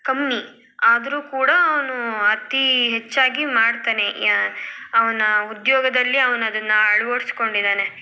ಕಮ್ಮಿ ಆದರೂ ಕೂಡ ಅವನು ಅತಿ ಹೆಚ್ಚಾಗಿ ಮಾಡ್ತಾನೆ ಅವನ ಉದ್ಯೋಗದಲ್ಲಿ ಅವ್ನು ಅದನ್ನು ಅಳವಡ್ಸಿಕೊಂಡಿದ್ದಾನೆ